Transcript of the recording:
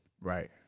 Right